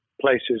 places